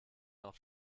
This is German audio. auf